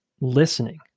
listening